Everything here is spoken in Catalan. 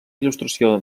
il·lustració